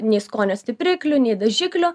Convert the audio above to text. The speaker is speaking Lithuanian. nei skonio stipriklių nei dažiklių